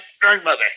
grandmother